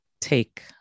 take